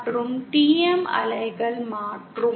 மற்றும் TM அலைகள் மாற்றும்